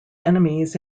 enemies